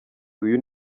uyu